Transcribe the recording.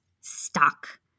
stuck